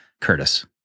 Curtis